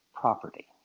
Property